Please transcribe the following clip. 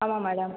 ஆமாம் மேடம்